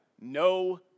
no